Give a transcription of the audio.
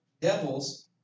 devils